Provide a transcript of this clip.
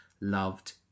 loved